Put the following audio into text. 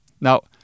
Now